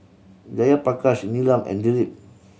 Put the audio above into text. Jayaprakash Neelam and Dilip